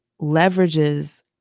leverages